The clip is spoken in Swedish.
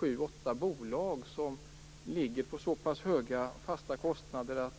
7-8 bolag, tror jag, som ligger på så pass höga fasta kostnader.